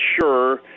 sure